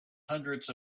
hundreds